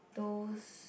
toast